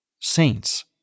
saints